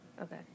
Okay